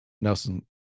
Nelson